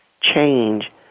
change